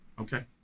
okay